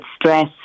stress